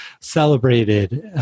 celebrated